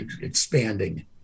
expanding